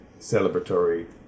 celebratory